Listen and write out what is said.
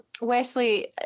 Wesley